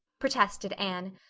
protested anne.